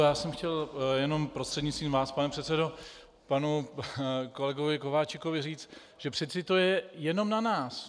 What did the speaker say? Já jsem chtěl jenom prostřednictvím vás, pane předsedo, panu kolegovi Kováčikovi říct, že přeci to je jenom na nás.